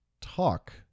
talk